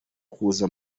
kuza